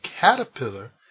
caterpillar